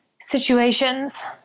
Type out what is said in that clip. situations